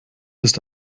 ist